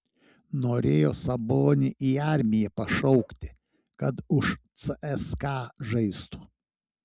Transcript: norėjo sabonį į armiją pašaukti kad už cska žaistų